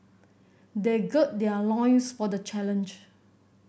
they gird their loins for the challenge